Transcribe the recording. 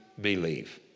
believe